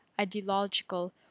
ideological